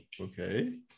okay